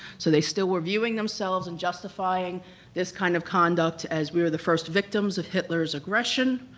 so they still were viewing themselves and justifying this kind of conduct as, we were the first victims of hitler's aggression,